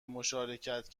مشارکت